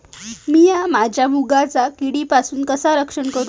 मीया माझ्या मुगाचा किडीपासून कसा रक्षण करू?